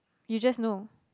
you just know